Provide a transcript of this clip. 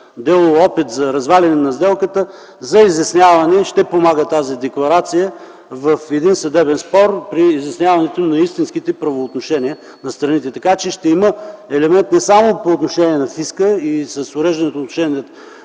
дело за разваляне на сделката. За изясняване ще помага тази декларация в един съдебен спор при изясняване на истинските правоотношения на страните, така че ще има елемент не само по отношение на фиска и с уреждането въобще